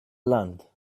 land